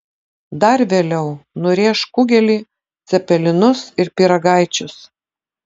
dar vėliau nurėš kugelį cepelinus ir pyragaičius